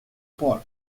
paul